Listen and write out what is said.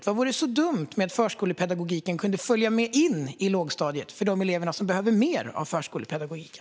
På vad sätt vore det dumt om förskolepedagogiken kunde följa med in i lågstadiet för de elever som behöver mer av förskolepedagogiken?